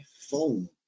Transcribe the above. phone